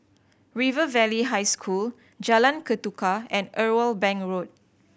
River Valley High School Jalan Ketuka and Irwell Bank Road